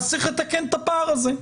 אז צריך לתקן את הפער הזה.